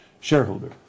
shareholder